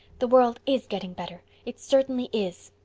the world is getting better. it certainly is.